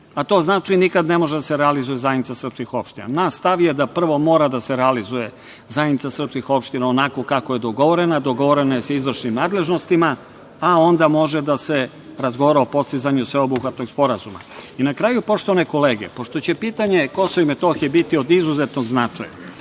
To znači da nikad ne može da se realizuje zajednica srpskih opština. Naš stav je da prvo mora da se realizuje zajednica srpskih opština onako kako je dogovoreno, a dogovoreno je sa izvršnim nadležnostima, a onda može da se razgovara o postizanju sveobuhvatnog sporazuma. Na kraju, poštovane kolege, pošto će pitanje Kosova i Metohije biti od izuzetnog značaja,